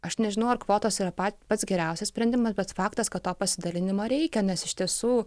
aš nežinau ar kvotos yra pats geriausias sprendimas bet faktas kad to pasidalinimo reikia nes iš tiesų